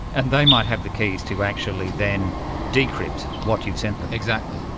and they might have the keys to actually then decrypt what you've sent them. exactly.